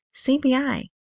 CBI